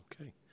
Okay